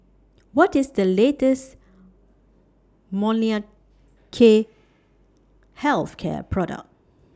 What IS The latest Molnylcke Health Care Product